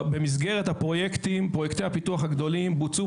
במסגרת פרויקטי הפיתוח הגדולים בוצעו